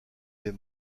des